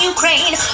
Ukraine